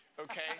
okay